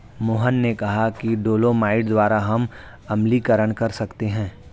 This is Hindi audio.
मोहन ने कहा कि डोलोमाइट द्वारा हम अम्लीकरण कर सकते हैं